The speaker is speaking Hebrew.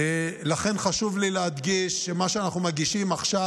חשוב לי להדגיש שמה שאנחנו מגישים עכשיו